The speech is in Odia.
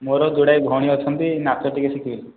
ମୋର ଯୋଡ଼ାଏ ଭଉଣୀ ଅଛନ୍ତି ନାଚ ଟିକେ ଶିଖିବେ